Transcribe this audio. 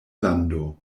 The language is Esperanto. lando